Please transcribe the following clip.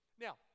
Now